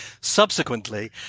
subsequently